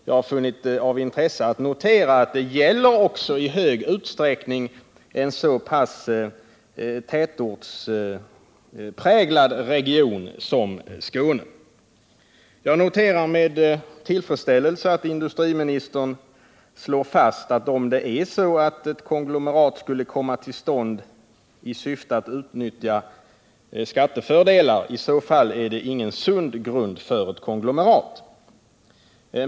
Jag har funnit det av intresse att notera att det gäller i hög utsträckning en så pass tätortspräglad region som Skåne. Jag noterar med tillfredsställelse att industriministern slår fast, att om det är så att ett konglomerat skulle komma till stånd i syfte att utnyttja skattefördelar så är det ingen sund grund för ett konglomerat.